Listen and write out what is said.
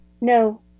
No